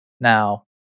now